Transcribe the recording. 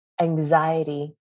Anxiety